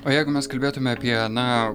o jeigu mes kalbėtume apie na